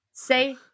Say